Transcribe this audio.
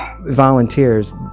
volunteers